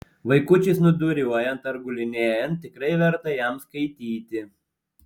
vaikučiui snūduriuojant ar gulinėjant tikrai verta jam skaityti